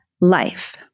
life